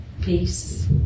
peace